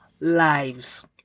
lives